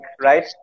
right